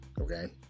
okay